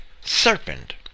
serpent